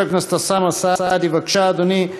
חבר הכנסת אוסאמה סעדי, בבקשה, אדוני.